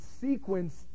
sequence